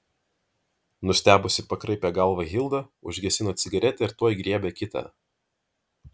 nustebusi pakraipė galvą hilda užgesino cigaretę ir tuoj griebė kitą